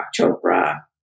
Chopra